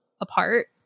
apart